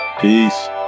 Peace